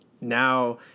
now